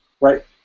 right